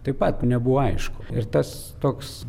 taip pat nebuvo aišku ir tas toks